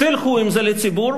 תלכו עם זה לציבור,